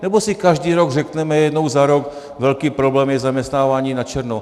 Nebo si každý rok řekneme jednou za rok velký problém je zaměstnávání načerno?